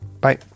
Bye